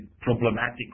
problematic